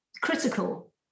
critical